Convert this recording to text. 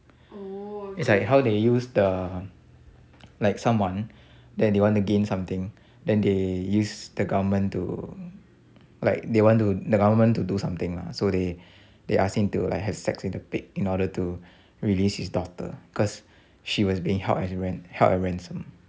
is like how they use the like someone that they want to gain something then they use the government to like they want to the government to do something lah so they they ask him to like have sex with the pig in order to release his daughter cause she was being held as ran~ held at ransom